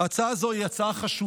ההצעה הזו בעצם